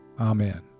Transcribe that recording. Amen